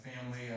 family